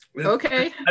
Okay